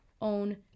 own